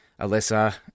Alyssa